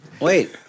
Wait